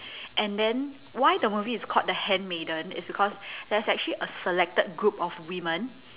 and then why the movie is called the handmaiden it's because there's a selected group of women